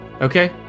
Okay